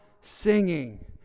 singing